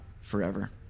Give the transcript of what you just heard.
forever